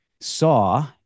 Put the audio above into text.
saw